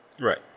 Right